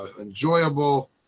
enjoyable